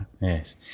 Yes